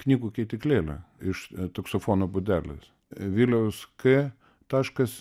knygų keityklėlę iš taksofono būdelės viliaus k taškas